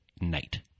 night